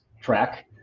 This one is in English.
track